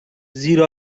زیر